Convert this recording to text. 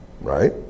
right